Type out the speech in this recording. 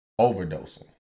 overdosing